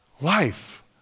life